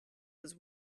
was